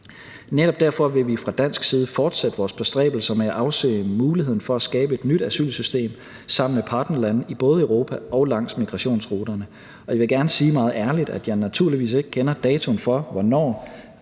Netop derfor vil vi fra dansk side fortsætte vores bestræbelser med at afsøge muligheden for at skabe et nyt asylsystem sammen med partnerlande i både Europa og langs migrationsruterne. Og jeg vil gerne sige meget ærligt, at jeg naturligvis ikke kender datoen for, hvornår